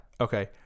Okay